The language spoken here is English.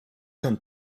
son